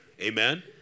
amen